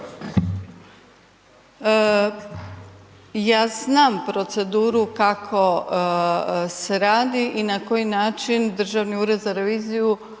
Ja znam proceduru kako se radi i na koji način Državni ured za reviziju